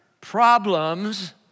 problems